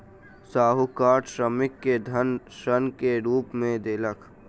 साहूकार श्रमिक के धन ऋण के रूप में देलक